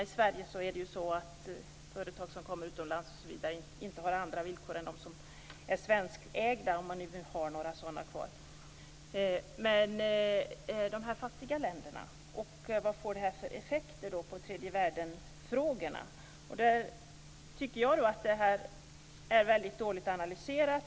I Sverige har företag som kommer från utlandet inte andra villkor än svenskägda företag - om man nu vill ha några sådana kvar. Men hur är det med de fattiga länderna? Vilka effekter får det här på tredjevärldenfrågorna? Jag tycker att den frågan är väldigt dåligt analyserad.